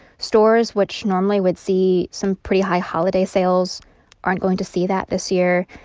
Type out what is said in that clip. stores which normally would see some pretty high holiday sales aren't going to see that this year.